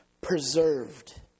preserved